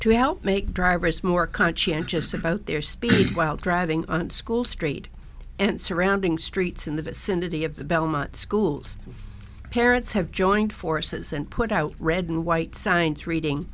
to help make drivers more conscientious about their speed while driving on a school street and surrounding streets in the vicinity of the belmont schools parents have joined forces and put out red and white signs reading